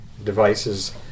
Devices